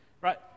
Right